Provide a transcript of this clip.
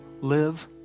live